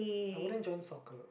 I wouldn't join soccer